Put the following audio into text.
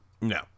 No